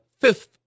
fifth